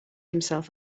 himself